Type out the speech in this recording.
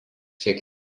šiek